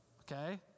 Okay